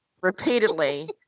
Repeatedly